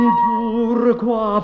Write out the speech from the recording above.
pourquoi